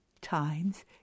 times